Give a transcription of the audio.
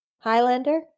Highlander